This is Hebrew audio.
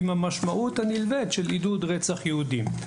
עם המשמעות הנלווית של עידוד לרצח יהודים.